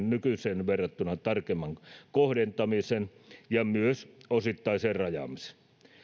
nykyiseen verrattuna tarkemman kohdentamisen ja myös osittaisen rajaamisen